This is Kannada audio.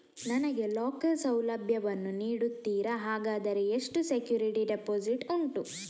ನನಗೆ ಲಾಕರ್ ಸೌಲಭ್ಯ ವನ್ನು ನೀಡುತ್ತೀರಾ, ಹಾಗಾದರೆ ಎಷ್ಟು ಸೆಕ್ಯೂರಿಟಿ ಡೆಪೋಸಿಟ್ ಉಂಟು?